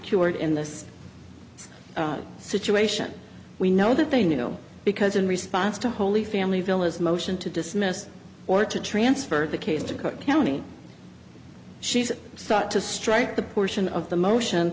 cured in this situation we know that they know because in response to holy family phyllis motion to dismiss or to transfer the case to cook county she's sought to strike the portion of the motion